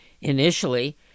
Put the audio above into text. Initially